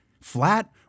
Flat